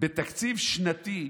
בתקציב שנתי,